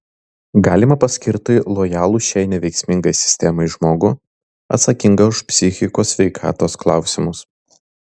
galima paskirti lojalų šiai neveiksmingai sistemai žmogų atsakingą už psichikos sveikatos klausimus